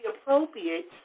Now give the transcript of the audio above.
appropriate